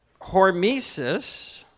hormesis